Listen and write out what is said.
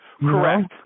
Correct